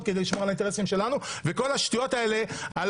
כדי לשמור על האינטרסים שלנו וכל השטויות האלה על